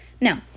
now